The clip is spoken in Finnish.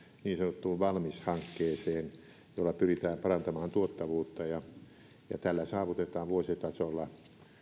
niin sanottuun valmis hankkeeseen jolla pyritään parantamaan tuottavuutta tällä saavutetaan vuositasolla